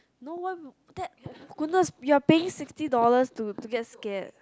no why would that goodness you are paying sixty dollars to to get scared